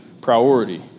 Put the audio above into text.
priority